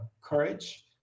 courage